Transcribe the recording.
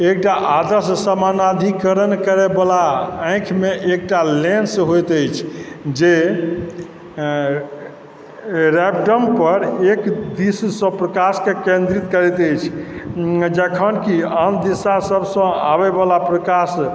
एकटा आदर्श समानाधिकरण करैवला आँखि मे एकटा लेन्स होइत अछि जे रेक्टम पर एकदिश सँ प्रकाश केन्द्रित करैत अछि जखन की आम दिशा सबसँ आबय वला प्रकाश